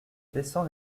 descends